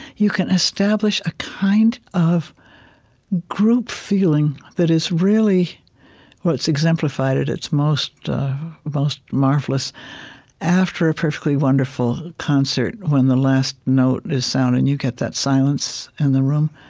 you can establish a kind of group feeling that is really well, it's exemplified at its most most marvelous after a perfectly wonderful concert when the last note is sound, and you get that silence in the room,